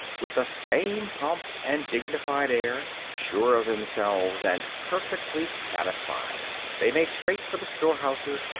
with the same pomp and dignified air, sure of themselves and perfectly satisfied they make straight for the storehouses,